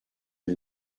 may